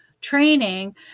training